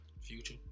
Future